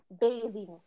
bathing